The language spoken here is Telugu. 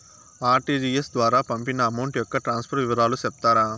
ఆర్.టి.జి.ఎస్ ద్వారా పంపిన అమౌంట్ యొక్క ట్రాన్స్ఫర్ వివరాలు సెప్తారా